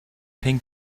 ping